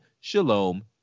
Shalom